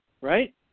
Right